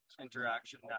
interaction